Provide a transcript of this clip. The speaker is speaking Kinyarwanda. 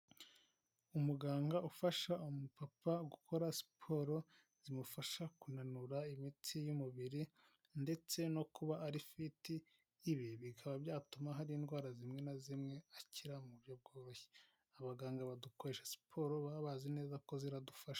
Umuganga ufasha umupapa gukora siporo zimufasha kunanura imitsi y'umubiri, ndetse no kuba ari fiti, ibi bikaba byatuma hari indwara zimwe na zimwe acyira mu buryo bworoshye, abaganga badukorera siporo baba bazi neza ko ziradufasha.